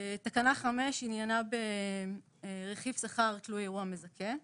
תקנה 5, עניינה ברכיב שכר תלוי אירוע מזכה.